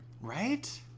Right